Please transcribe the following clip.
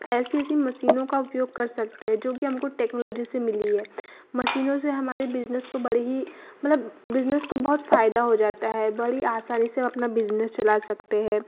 ऐसी ऐसी मशीनों का उपयोग कर सकते हैं जो कि हमको टेक्नोलॉजी से मिली हैं मशीनों से हमारे बिजनेस को बड़ी ही मतलब बिजनेस को बहुत फ़ायदा हो जाता है बड़ी आसानी से हम अपना बिजनेस चला सकते हैं